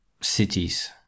cities